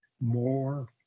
more